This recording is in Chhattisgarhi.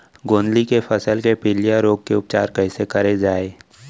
गोंदली के फसल के पिलिया रोग के उपचार कइसे करे जाये?